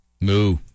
Moo